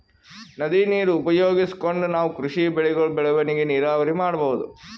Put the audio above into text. ನದಿ ನೀರ್ ಉಪಯೋಗಿಸ್ಕೊಂಡ್ ನಾವ್ ಕೃಷಿ ಬೆಳೆಗಳ್ ಬೆಳವಣಿಗಿ ನೀರಾವರಿ ಮಾಡ್ಬಹುದ್